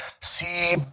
see